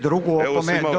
Drugu opomenu.